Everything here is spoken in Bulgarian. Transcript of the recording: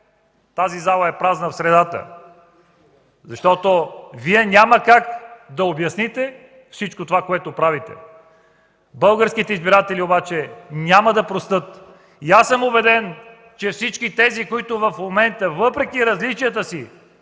тази зала в средата е празна? Защото Вие няма как да обясните всичко това, което правите. Българските избиратели обаче няма да простят. Аз съм убеден, че всички тези, които в момента, въпреки различията,